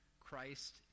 Christ